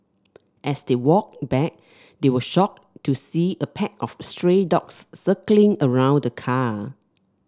as they walked back they were shocked to see a pack of stray dogs circling around the car